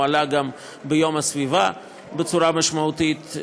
הוא עלה גם ביום הסביבה בצורה משמעותית,